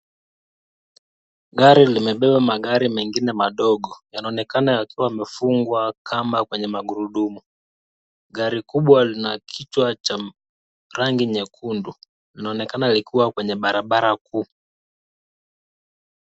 Gari limebeba magari mengine madogo. Yanaonekana yakiwa yamefungwa kamba kwenye magurudumu. Gari kubwa lina kichwa cha rangi nyekundu. Inaonekana likiwa kwenye barabara kuu.